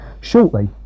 shortly